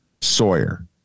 Sawyer